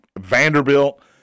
Vanderbilt